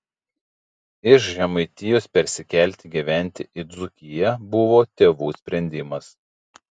iš žemaitijos persikelti gyventi į dzūkiją buvo tėvų sprendimas